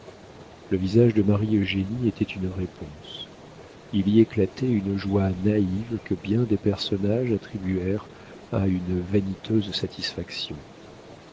le visage de marie eugénie était une réponse il y éclatait une joie naïve que bien des personnages attribuèrent à une vaniteuse satisfaction